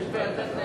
יש ב"יתד נאמן".